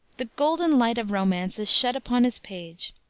the golden light of romance is shed upon his page,